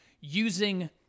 using